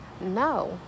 no